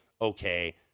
okay